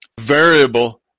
variable